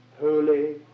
Holy